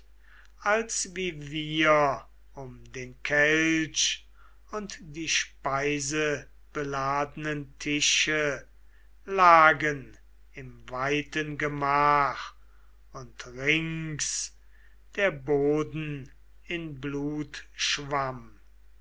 als wie wir um den kelch und die speisebeladenen tische lagen im weiten gemach und rings der boden in blut schwamm